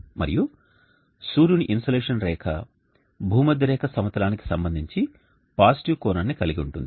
మరియు సూర్యుని ఇన్సోలేషన్ రేఖ భూమధ్యరేఖ సమతలానికి సంబంధించి పాజిటివ్ కోణాన్ని కలిగి ఉంటుంది